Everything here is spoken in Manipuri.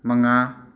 ꯃꯉꯥ